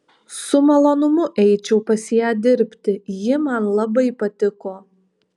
su malonumu eičiau pas ją dirbti ji man labai patiko